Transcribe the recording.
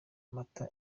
mata